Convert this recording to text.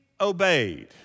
obeyed